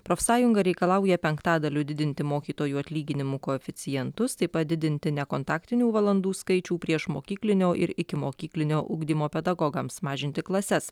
profsąjunga reikalauja penktadaliu didinti mokytojų atlyginimų koeficientus taip pat didinti nekontaktinių valandų skaičių priešmokyklinio ir ikimokyklinio ugdymo pedagogams mažinti klases